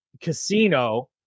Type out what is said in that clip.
casino